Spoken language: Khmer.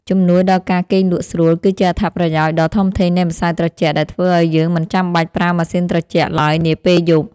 ជំនួយដល់ការគេងលក់ស្រួលគឺជាអត្ថប្រយោជន៍ដ៏ធំធេងនៃម្សៅត្រជាក់ដែលធ្វើឱ្យយើងមិនចាំបាច់ប្រើម៉ាស៊ីនត្រជាក់ឡើយនាពេលយប់។